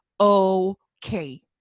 okay